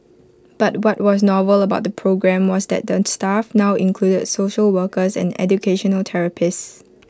but what was novel about the programme was that the staff now included social workers and educational therapists